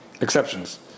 exceptions